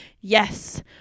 Yes